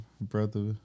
brother